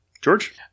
George